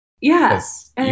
Yes